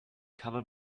cover